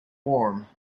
warm